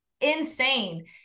insane